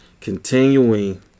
continuing